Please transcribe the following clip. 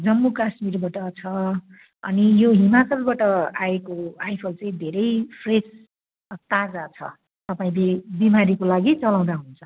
जम्मू काश्मीरबाट छ अनि यो हिमाचलबाट आएको आइफल चाहिँ धेरै फ्रेस ताजा छ तपाईँले बिमारीको लागि चलाउँदा हुन्छ